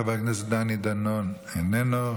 חבר הכנסת דני דנון, איננו.